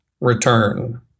return